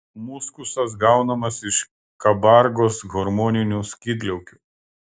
muskusas gaunamas iš kabargos hormoninių skydliaukių